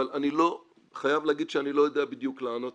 אבל אני חייב להגיד שאני לא יודע בדיוק לענות